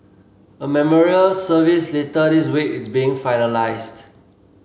a memorial service later this week is being finalised